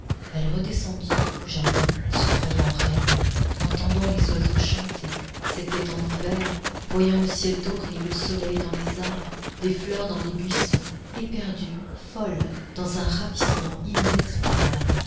elle redescendit au jardin se croyant reine entendant les oiseaux chanter c'était en hiver voyant le ciel doré le soleil dans les arbres des fleurs dans les buissons éperdue folle dans un ravissement